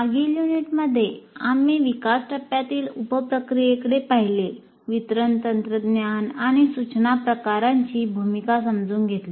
मागील युनिटमध्ये आम्ही विकास टप्प्यातील उप प्रक्रियेकडे पाहिले वितरण तंत्रज्ञान आणि सूचना प्रकारांची भूमिका समजून घेतली